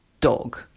dog